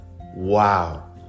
Wow